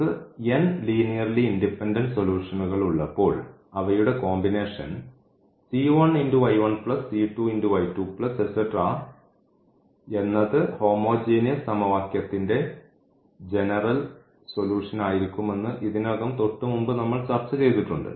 നമുക്ക് linearly independent സൊലൂഷന്കൾ ഉള്ളപ്പോൾ അവയുടെ കോമ്പിനേഷൻ എന്നത് ഹോമോജീനിയസ് സമവാക്യത്തിൻറെ ജനറൽ സൊല്യൂഷൻ ആയിരിക്കുമെന്ന് ഇതിനകം തൊട്ടുമുമ്പ് നമ്മൾ ചർച്ച ചെയ്തിട്ടുണ്ട്